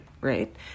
right